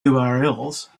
urls